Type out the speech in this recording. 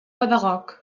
pedagog